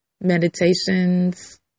meditations